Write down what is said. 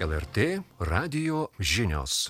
el er tė radijo žinios